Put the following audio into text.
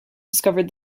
discovered